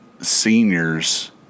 seniors